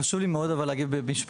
חשוב לי מאוד להגיב במשפט.